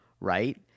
right